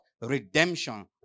Redemption